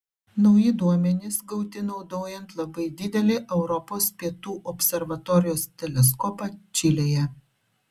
nauji duomenys gauti naudojant labai didelį europos pietų observatorijos teleskopą čilėje